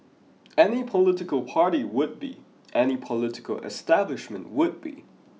any political party would be any political establishment would be